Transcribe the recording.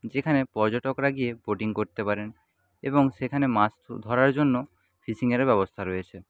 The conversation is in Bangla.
যেখানে পর্যটকরা গিয়ে বোটিং করতে পারেন এবং সেখানে মাছ ধরার জন্য ফিশিংয়েরও ব্যবস্থা রয়েছে